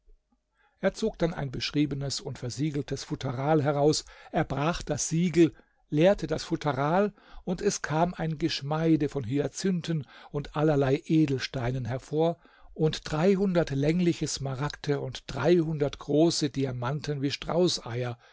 er zog dann ein beschriebenes und versiegeltes futteral heraus erbrach das siegel leerte das futteral und es kam ein geschmeide von hyazinthen und allerlei edelsteinen hervor und dreihundert längliche smaragde und dreihundert große diamanten wie straußeier